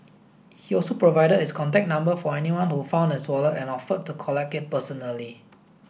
he also provided his contact number for anyone who found his wallet and offered to collect it personally